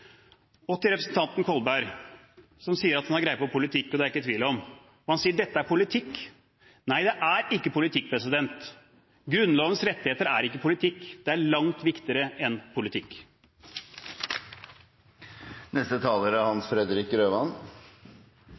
prioriteringer. Til representanten Kolberg, som sier at han har greie på politikk, og det er jeg ikke i tvil om: Han sier at dette er politikk. Nei, det er ikke politikk. Grunnlovens rettigheter er ikke politikk, det er langt viktigere enn